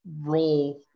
role